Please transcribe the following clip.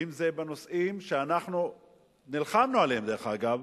אם בנושאים שאנחנו נלחמנו עליהם, דרך אגב.